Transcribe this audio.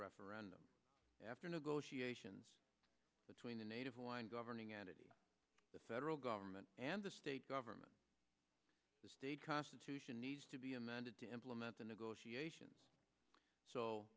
referendum after negotiations between the native hawaiian governing out of the federal government and the state government the state constitution needs to be amended to implement the negotiations